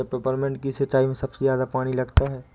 क्या पेपरमिंट की सिंचाई में सबसे ज्यादा पानी लगता है?